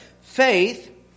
Faith